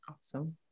Awesome